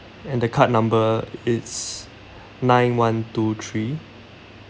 and the card number it's nine one two three